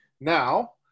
Now